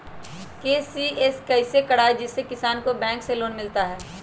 KCC कैसे कराये जिसमे किसान को बैंक से लोन मिलता है?